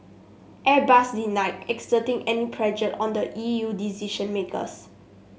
airbus denied exerting any pressure on the E U decision makers